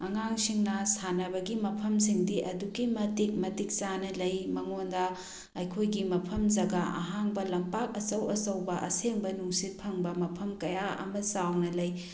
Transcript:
ꯑꯉꯥꯡꯁꯤꯡꯅ ꯁꯥꯟꯅꯕꯒꯤ ꯃꯐꯝꯁꯤꯡꯗꯤ ꯑꯗꯨꯛꯀꯤ ꯃꯇꯤꯛ ꯃꯇꯤꯛ ꯆꯥꯅ ꯂꯩ ꯃꯉꯣꯟꯗ ꯑꯩꯈꯣꯏꯒꯤ ꯃꯐꯝ ꯖꯒꯥ ꯑꯍꯥꯡꯕ ꯂꯝꯄꯥꯛ ꯑꯆꯧ ꯑꯆꯧꯕ ꯑꯁꯦꯡꯕ ꯅꯨꯡꯁꯤꯠ ꯐꯪꯕ ꯃꯐꯝ ꯀꯌꯥ ꯑꯃ ꯆꯥꯎꯅ ꯂꯩ